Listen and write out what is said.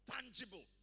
tangible